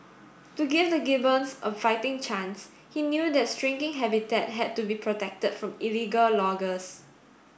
to give the gibbons a fighting chance he knew their shrinking habitat had to be protected from illegal loggers